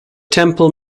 temple